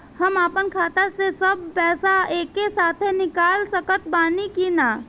हम आपन खाता से सब पैसा एके साथे निकाल सकत बानी की ना?